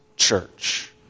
church